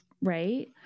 right